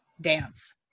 dance